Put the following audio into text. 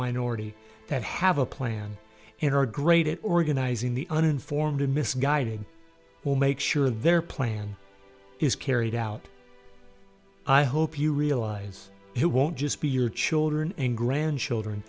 minority that have a plan and are great at organizing the uninformed and misguiding will make sure their plan is carried out i hope you realize you won't just be your children and grandchildren